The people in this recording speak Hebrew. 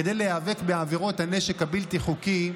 כדי להיאבק בעבירות הנשק הבלתי-חוקי,